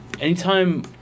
Anytime